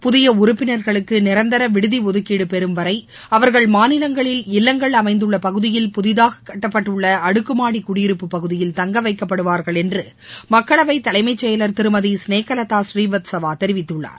புதியஉறுப்பினர்களுக்குநிரந்தரவிடுதிஒதுக்கீடுபெறும் வரைஅவர்கள் மாநிலங்களில் இல்லங்கள் அமைந்துள்ளபகுதியில் புதிதாககட்டப்பட்டுள்ளஅடுக்குமாடிகுடியிருப்பு பகுதியில் தங்கவைக்கப்படுவார்கள் என்றுமக்களவைதலைமைச்செயலர் திரு ஸ்னேகலதா ஸ்ரீவத்ஸவாதெரிவித்துள்ளார்